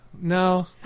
No